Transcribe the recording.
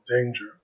danger